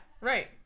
right